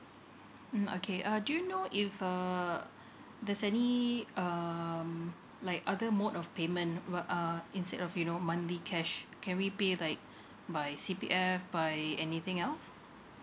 mm okay uh do you know if um there's any um like other mode of payment uh instead of you know monthly cash can we pay like by C_P_F by anything else